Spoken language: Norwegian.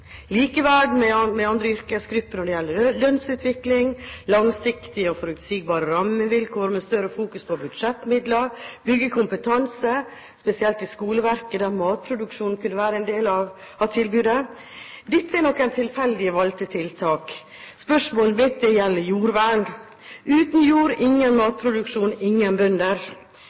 Likeverd med andre yrkesgrupper når det gjelder lønnsutvikling, langsiktige og forutsigbare rammevilkår med større fokus på budsjettmidler, kompetansebygging, spesielt i skoleverket, der matproduksjon kunne være en del av tilbudet, er noen tilfeldig valgte tiltak. Spørsmålet mitt gjelder jordvern – uten jord, ingen matproduksjon, ingen bønder.